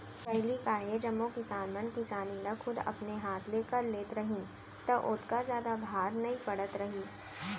पहिली का हे जम्मो किसान मन किसानी ल खुद अपने हाथ ले कर लेत रहिन त ओतका जादा भार नइ पड़त रहिस